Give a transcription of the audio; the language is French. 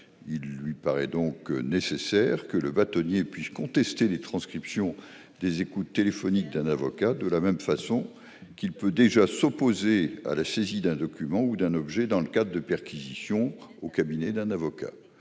Il est donc nécessaire que le bâtonnier puisse contester les transcriptions des écoutes téléphoniques d'un avocat, de la même façon qu'il peut déjà s'opposer à la saisie d'un document ou d'un objet dans le cadre de perquisitions au cabinet d'un avocat.